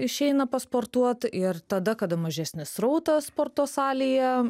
išeina pasportuot ir tada kada mažesnis srautas sporto salėje